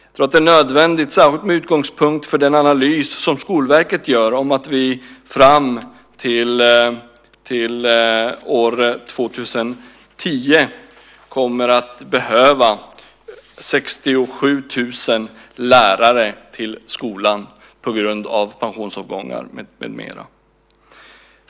Jag tror att det är nödvändigt, särskilt med utgångspunkt i den analys som Skolverket gör om att vi fram till år 2010 kommer att behöva 67 000 lärare till skolan på grund av pensionsavgångar med mera.